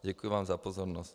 Děkuji vám za pozornost.